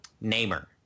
Namer